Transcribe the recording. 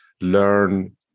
learn